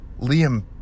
liam